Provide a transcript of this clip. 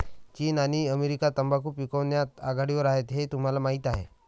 चीन आणि अमेरिका तंबाखू पिकवण्यात आघाडीवर आहेत हे तुम्हाला माहीत आहे